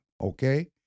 okay